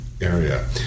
Area